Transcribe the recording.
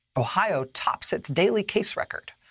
ohio tops its daily case record.